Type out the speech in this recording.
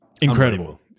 Incredible